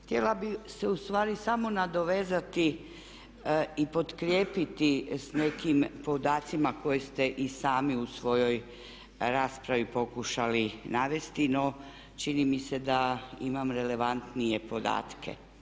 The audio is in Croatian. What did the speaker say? Htjela bih se ustvari samo nadovezati i potkrijepiti s nekim podacima koje ste i sami u svojoj raspravi pokušali navesti no čini mi se da imam relevantnije podatke.